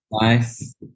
nice